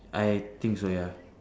I think so ya